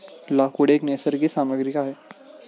लाकूड एक नैसर्गिक सामग्री आहे